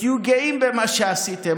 ותהיו גאים במה שעשיתם.